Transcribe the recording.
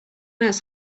است